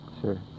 Sure